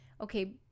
okay